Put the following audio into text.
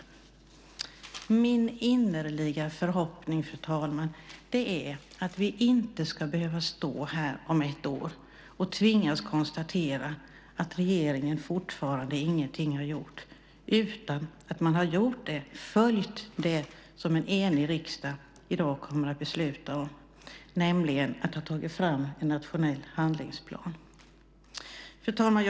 Min innerliga förhoppning, fru talman, är att vi inte ska behöva stå här om ett år och tvingas konstatera att regeringen fortfarande ingenting har gjort, utan att man har följt det som en enig riksdag i dag kommer att besluta om, nämligen att ta fram en nationell handlingsplan. Fru talman!